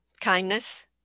kindness